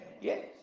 Yes